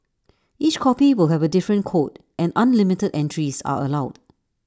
each copy will have A different code and unlimited entries are allowed